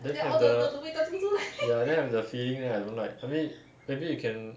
then have the the then have the feeling leh I don't like I mean maybe you can